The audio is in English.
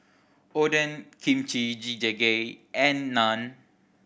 Oden Kimchi Jjigae and Naan